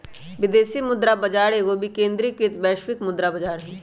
विदेशी मुद्रा बाजार एगो विकेंद्रीकृत वैश्विक मुद्रा बजार हइ